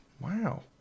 Wow